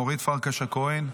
אורית פרקש הכהן,